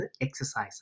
exercise